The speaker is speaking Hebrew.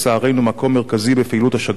מקום מרכזי בפעילות השגרירות שם,